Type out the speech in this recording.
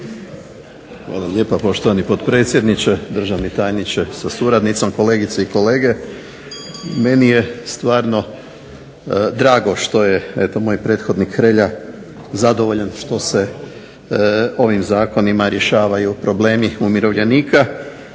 Hvala lijepa poštovani potpredsjedniče, državni tajniče sa suradnicom, kolegice i kolege. Meni je stvarno drago što je moj prethodnik Hrelja zadovoljan što se ovim zakonima rješavaju problemi umirovljenika,